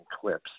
clips